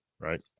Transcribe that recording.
right